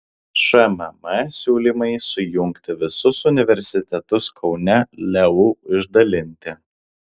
šmm siūlymai sujungti visus universitetus kaune leu išdalinti